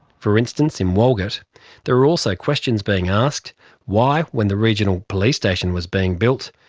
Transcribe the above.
for instance, in walgett there are also questions being asked why when the regional police station was being built,